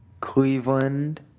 Cleveland